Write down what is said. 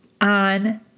on